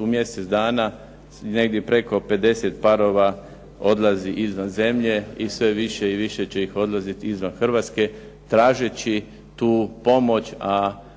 u mjesec dana, negdje preko 50 parova odlazi izvan zemlje i sve više i više će ih odlaziti izvan Hrvatske tražeći tu pomoć, a